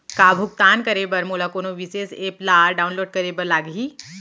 का भुगतान करे बर मोला कोनो विशेष एप ला डाऊनलोड करे बर लागही